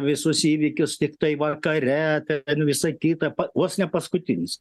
visus įvykius tiktai vakare apie ten visą kitą pa vos ne paskutinis